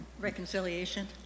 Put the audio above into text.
Reconciliation